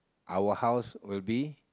our house will be